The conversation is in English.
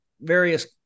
various